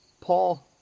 paul